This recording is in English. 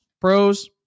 pros